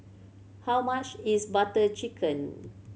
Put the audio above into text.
how much is Butter Chicken